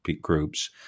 groups